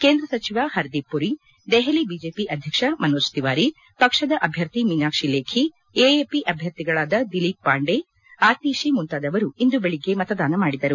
ಕೇಂದ್ರ ಸಚಿವ ಹರ್ದೀಪ್ಪುರಿ ದೆಹಲಿ ಬಿಜೆಪಿ ಅಧ್ಯಕ್ಷ ಮನೋಜ್ ತಿವಾರಿ ಪಕ್ಷದ ಅಭ್ಯರ್ಥಿ ಮೀನಾಕ್ಷಿ ಲೇಖಿ ಎಎಪಿ ಅಭ್ಯರ್ಥಿಗಳಾದ ದಿಲೀಪ್ ಪಾಂಡೆ ಆತೀಶಿ ಮುಂತಾದವರು ಇಂದು ಬೆಳಗ್ಗೆ ಮತದಾನ ಮಾಡಿದರು